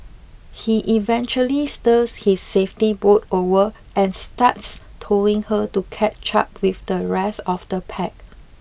he eventually steers his safety boat over and starts towing her to catch up with the rest of the pack